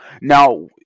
Now